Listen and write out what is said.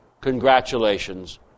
Congratulations